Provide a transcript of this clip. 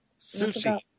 Sushi